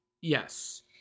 Yes